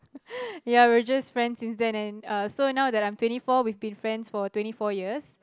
ya we're just friends since then so now that I'm twenty four we've been friends for twenty four years